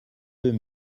deux